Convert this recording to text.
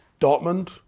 dortmund